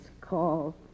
call